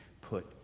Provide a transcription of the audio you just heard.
put